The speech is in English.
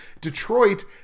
detroit